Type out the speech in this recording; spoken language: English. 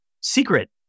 secret